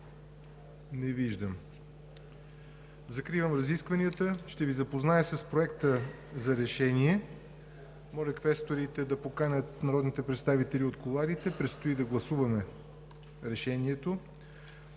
Не виждам. Закривам разискванията. Ще Ви запозная с Проекта за решение. Моля квесторите да поканят народните представители от кулоарите. Предстои да гласуваме Решението.